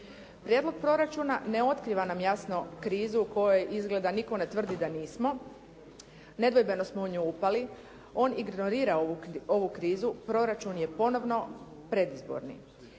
Prijedlog proračuna ne otkriva nam jasno krizu u kojoj izgleda nitko ne tvrdi da nismo, nedvojbeno smo u nju upali. On ignorira ovu krizu, proračun je ponovno predizborni.